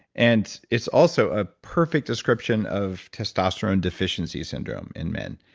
and it's also a perfect description of testosterone deficiency syndrome in men.